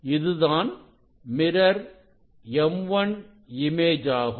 இதுதான் mirror M1 image ஆகும்